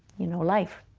you know, life.